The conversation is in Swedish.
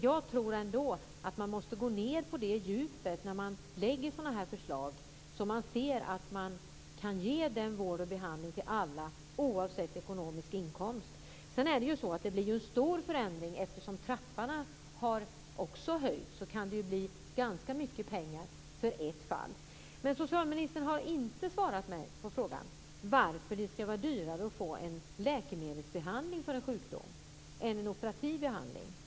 Jag tror att man måste gå ned på det djupet när man lägger fram sådana här förslag så att man kan ge vård och behandling till alla, oavsett ekonomisk inkomst. Detta blir ju en stor förändring eftersom trappan också har höjts. Det kan ju bli ganska mycket pengar i ett fall. Men socialministern har inte svarat på frågan varför det skall vara dyrare att få en läkemedelsbehandling för en sjukdom än en operativ behandling.